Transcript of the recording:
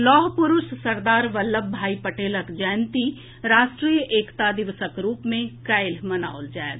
लौह पुरूष सरदार वल्लभ भाई पटेलक जयंती राष्ट्रीय एकता दिवसक रूपम काल्हि मनाओल जायत